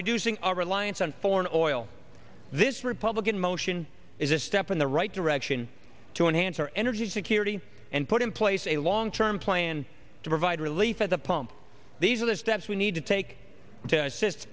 reducing our reliance on foreign oil this republican motion is a step in the right direction to enhance our energy security and put in place a long term plan to provide relief at the pump these are the steps we need to take to assist